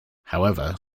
however